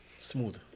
Smooth